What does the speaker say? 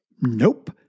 Nope